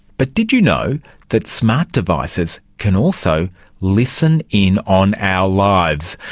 but did you know that smart devices can also listen in on our lives?